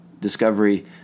Discovery